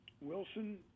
Wilson